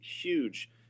huge